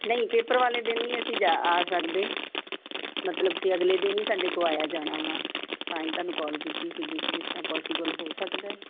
ਨਹੀਂ ਪੇਪਰ ਵਾਲੇ ਦਿਨ ਨਹੀਂ ਅਸੀਂ ਜਾ ਆ ਸਕਦੇ ਮਤਲਬ ਕਿ ਅਗਲੇ ਦਿਨ ਹੀ ਸਾਡੇ ਕੋ ਆਇਆ ਜਾਣਾ ਵਾ ਤਾਂ ਹੀ ਤੁਹਾਨੂੰ ਕੋਲ ਕੀਤੀ ਸੀਗੀ ਕਿ ਇਸ ਤਰ੍ਹਾਂ ਪੋਸੀਬਲ ਹੋ ਸਕਦਾ